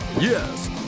Yes